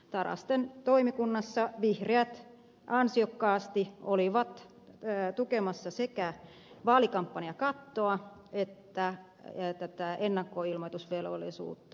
tarastin toimikunnassa vihreät ansiokkaasti olivat tukemassa sekä vaalikampanjakattoa että ennakkoilmoitusvelvollisuutta